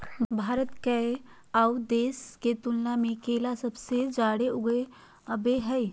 भारत कोय आउ देश के तुलनबा में केला सबसे जाड़े उगाबो हइ